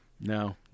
No